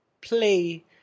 play